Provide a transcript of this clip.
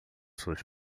sushi